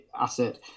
asset